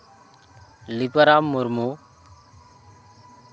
Liparam Murmu